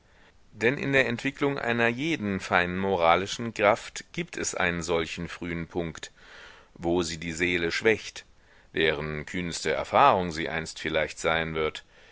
denn in der entwicklung einer jeden feinen moralischen kraft gibt es einen solchen frühen punkt wo sie die seele schwächt deren kühnste erfahrung sie einst vielleicht sein wird